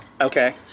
Okay